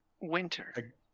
winter